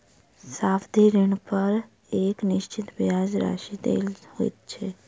सावधि ऋणपर एक निश्चित ब्याज राशि देय होइत छै